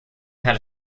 had